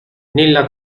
nella